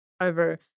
over